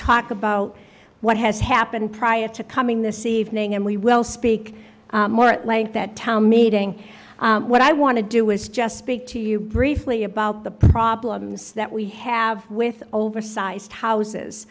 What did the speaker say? talk about what has happened prior to coming this evening and we will speak more at length that town meeting what i want to do is just speak to you briefly about the problems that we have with oversized houses